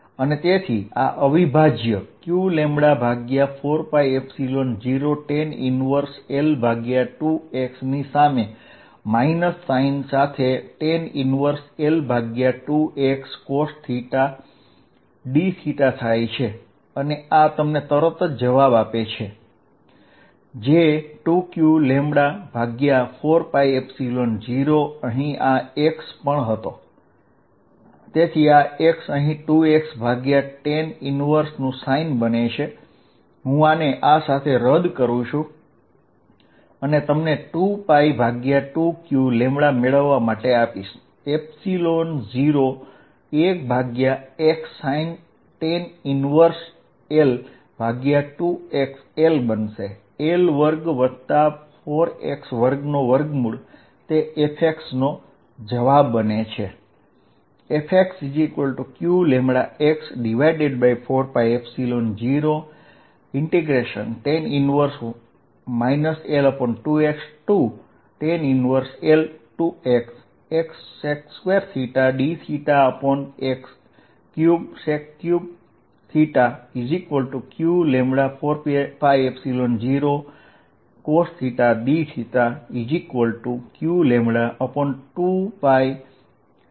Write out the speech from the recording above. અને તેથી આ integral q λ4π0xtan 1tan 1L2cos d બનશે અને જેથી તમને 2 q λ4 π 0 x sin મળશે અને તમને છેલ્લે qλ2π01xLL24x2મળશે આ Fx નો જવાબ છે